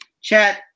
chat